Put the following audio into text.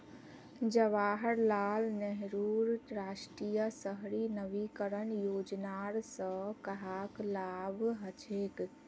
जवाहर लाल नेहरूर राष्ट्रीय शहरी नवीकरण योजनार स कहाक लाभ हछेक